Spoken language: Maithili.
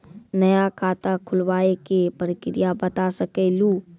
नया खाता खुलवाए के प्रक्रिया बता सके लू?